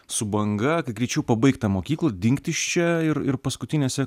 su banga kad greičiau pabaigt tą mokyklą dingt iš čia ir ir paskutinėse